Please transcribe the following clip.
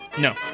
No